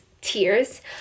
tears